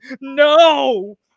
no